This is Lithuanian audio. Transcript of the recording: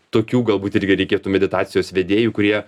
tokių galbūt irgi reikėtų meditacijos vedėjų kurie